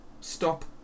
stop